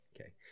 Okay